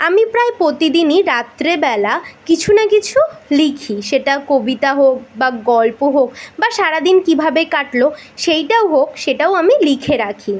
আমি প্রায় প্রতিদিনই রাত্রিবেলা কিছু না কিছু লিখি সেটা কবিতা হোক বা গল্প হোক বা সারা দিন কীভাবে কাটলো সেইটাও হোক সেটাও আমি লিখে রাখি